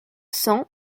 cent